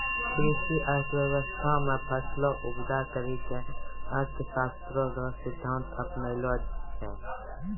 कृषि अर्थशास्त्र मे फसलो उपजा करी के अर्थशास्त्र रो सिद्धान्त अपनैलो छै